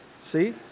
See